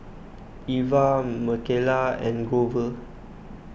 Ivah Michaela and Grover